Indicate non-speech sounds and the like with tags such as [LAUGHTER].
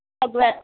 [UNINTELLIGIBLE]